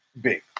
big